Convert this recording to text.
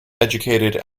educated